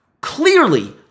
clearly